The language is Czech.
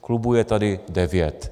Klubů je tady devět.